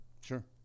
Sure